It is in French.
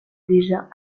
déjà